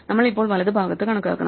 നമ്മൾ ഇപ്പോൾ വലതുഭാഗത്ത് കണക്കാക്കണം